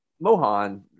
Mohan